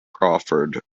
crawford